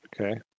Okay